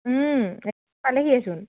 পালিহে চোন